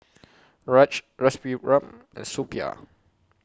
Raj Rasipuram and Suppiah